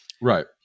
Right